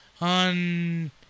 on